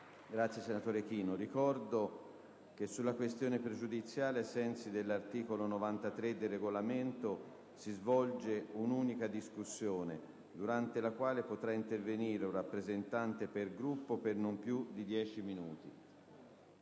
finestra"). Ricordo che sulla questione pregiudiziale, ai sensi dell'articolo 93 del Regolamento, si svolge un'unica discussione, durante la quale può intervenire un rappresentante per Gruppo, per non più di dieci minuti.